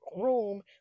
room